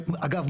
שאגב,